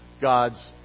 God's